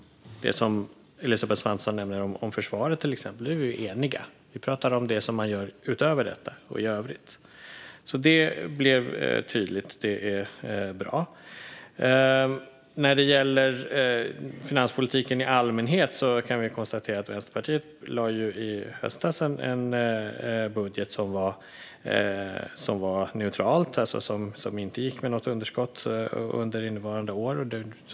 Det som Elisabeth Svantesson nämner om försvaret, till exempel, är vi eniga om. Vi pratar om det som man gör utöver detta och i övrigt. Det blev tydligt. Det är bra. När det gäller finanspolitiken i allmänhet kan vi väl konstatera att Vänsterpartiet i höstas lade fram en budget som var neutral, som alltså inte gick med något underskott under innevarande år.